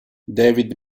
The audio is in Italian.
david